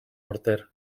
morter